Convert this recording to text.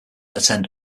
attend